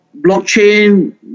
blockchain